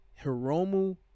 Hiromu